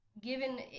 given